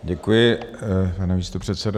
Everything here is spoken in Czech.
Děkuji, pane místopředsedo.